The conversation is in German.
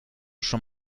schon